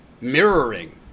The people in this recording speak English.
mirroring